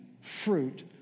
fruit